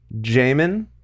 Jamin